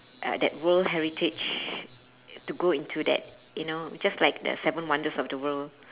uh that world heritage to go into that you know just like the seven wonders of the world